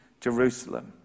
Jerusalem